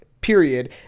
period